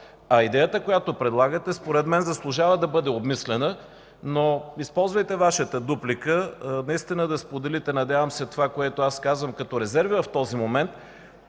Идеята, която предлагате, според мен, заслужава да бъде обмислена, но използвайте Вашата дуплика – наистина да споделите, надявам се, това, което аз казвам като резерви в този момент.